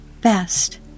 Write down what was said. best